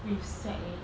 with sweat already